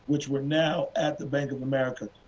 which were now at the bank of america.